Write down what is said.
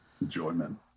Enjoyment